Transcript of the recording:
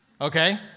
okay